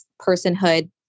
personhood